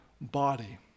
body